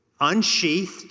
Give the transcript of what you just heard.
unsheathed